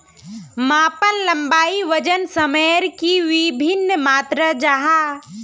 मापन लंबाई वजन सयमेर की वि भिन्न मात्र जाहा?